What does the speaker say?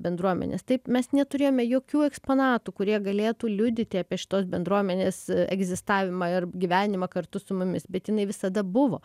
bendruomenės taip mes neturėjome jokių eksponatų kurie galėtų liudyti apie šitos bendruomenės egzistavimą ir gyvenimą kartu su mumis bet jinai visada buvo